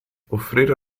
offrire